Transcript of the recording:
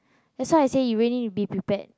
that's why I say you really will be prepared